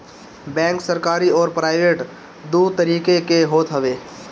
bank सरकरी अउरी private दू तरही के होत हवे